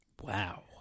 Wow